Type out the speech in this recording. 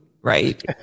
Right